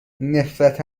نفرت